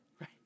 Right